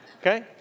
okay